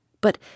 But